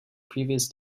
previous